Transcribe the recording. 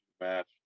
match